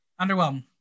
Underwhelmed